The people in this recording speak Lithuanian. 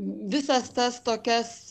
visas tas tokias